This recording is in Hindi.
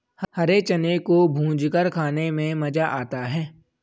हरे चने को भूंजकर खाने में मज़ा आता है